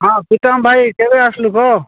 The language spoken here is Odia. ହଁ ପ୍ରୀତମ ଭାଇ କେବେ ଆସିଲୁ କହ